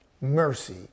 mercy